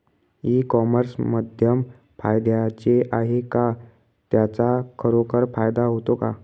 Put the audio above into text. E commerce माध्यम फायद्याचे आहे का? त्याचा खरोखर फायदा होतो का?